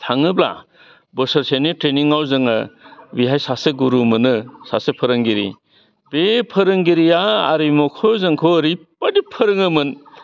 थाङोब्ला बोसोरसेनि ट्रेनिङाव जोङो बिहाय सासे गुरु मोनो सासे फोरोंगिरि बे फोरोंगिरिया आरिमुखौ जोंखौ ओरैबायदि फोरोङोमोन